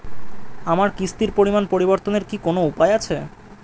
আমার কিস্তির পরিমাণ পরিবর্তনের কি কোনো উপায় আছে?